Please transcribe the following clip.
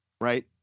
right